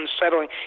unsettling